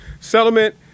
Settlement